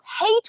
hate